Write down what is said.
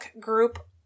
group